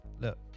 look